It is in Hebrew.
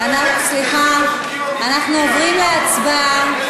סליחה, אנחנו עוברים להצבעה.